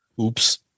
Oops